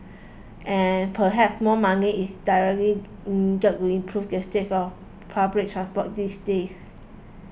and perhaps more money is direly needed to improve the state of public transport these days